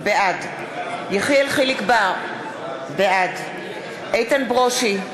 בעד יחיאל חיליק בר, בעד איתן ברושי,